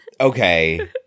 Okay